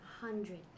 hundred